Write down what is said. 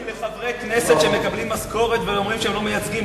התכוונתי לחברי כנסת שמקבלים משכורת ואומרים שהם לא מייצגים,